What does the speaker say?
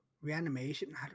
reanimation